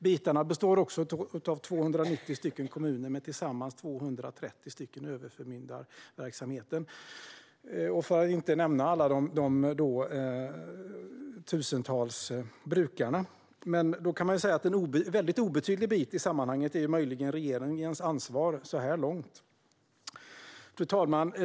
Bitarna består också av 290 kommuner med tillsammans 230 överförmyndarverksamheter - för att inte nämna alla de tusentals brukarna. En obetydlig bit i sammanhanget är möjligen regeringens ansvar så här långt. Fru talman!